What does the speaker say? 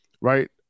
right